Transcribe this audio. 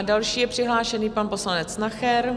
Další je přihlášený pan poslanec Nacher.